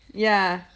ya